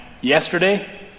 yesterday